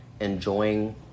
enjoying